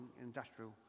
industrial